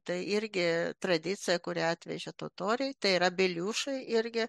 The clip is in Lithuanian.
tai irgi tradicija kurią atvežė totoriai tai yra beliušai irgi